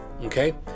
Okay